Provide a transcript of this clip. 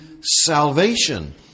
salvation